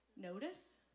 Notice